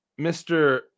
Mr